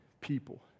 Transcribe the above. people